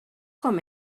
com